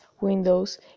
windows